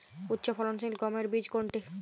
উচ্চফলনশীল গমের বীজ কোনটি?